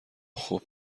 خوب